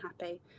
happy